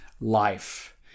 life